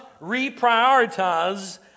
reprioritize